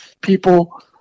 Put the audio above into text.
people